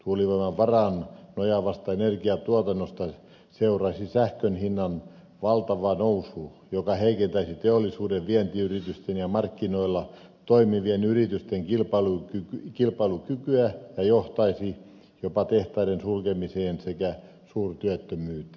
tuulivoiman varaan nojaavasta energiatuotannosta seuraisi sähkön hinnan valtava nousu joka heikentäisi teollisuuden vientiyritysten ja markkinoilla toimivien yritysten kilpailukykyä ja johtaisi jopa tehtaiden sulkemiseen sekä suurtyöttömyyteen